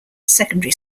secondary